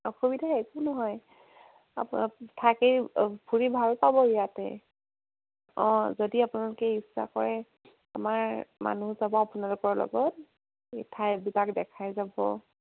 অসুবিধা একো নহয় থাকি ফুৰি ভাল পাব ইয়াতে অঁ যদি আপোনালোকে ইচ্ছা কৰে আমাৰ মানুহ যাব আপোনালোকৰ লগত এই ঠাইবিলাক দেখাই যাব